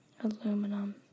aluminum